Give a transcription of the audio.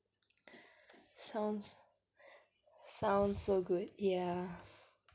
sounds so good ya